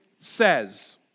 says